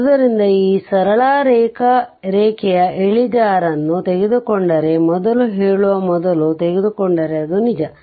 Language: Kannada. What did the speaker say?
ಆದ್ದರಿಂದ ಈ ಸರಳ ರೇಖೆಯ ಇಳಿಜಾರನ್ನು ತೆಗೆದುಕೊಂಡರೆ ಮೊದಲು ಹೇಳುವ ಮೊದಲು ತೆಗೆದುಕೊಂಡರೆ ಅದು ನಿಜ